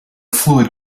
fluid